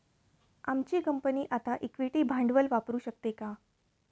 आमची कंपनी आता इक्विटी भांडवल वापरू शकते का?